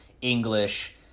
English